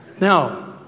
Now